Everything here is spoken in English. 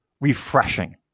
refreshing